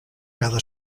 cada